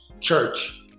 church